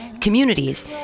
communities